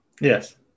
Yes